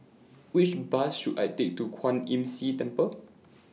Which Bus should I Take to Kwan Imm See Temple